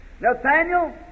Nathaniel